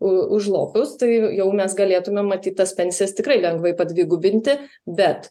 u užlopius tai jau mes galėtumėm matyt tas pensijas tikrai lengvai padvigubinti bet